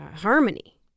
harmony